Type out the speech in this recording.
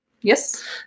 Yes